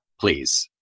please